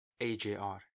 AJR